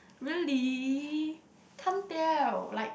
really can't tell like